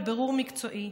לבירור מקצועי.